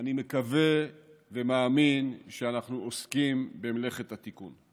אני מקווה ומאמין שאנחנו עוסקים במלאכת התיקון,